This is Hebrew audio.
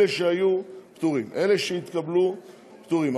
אלה שהיו פטורים, אלה שהתקבלו, פטורים.